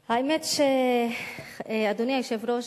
האמת, אדוני היושב-ראש,